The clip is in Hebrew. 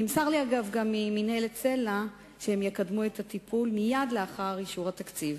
נמסר לי ממינהלת סל"ע שהם יקדמו את הטיפול מייד לאחר אישור התקציב.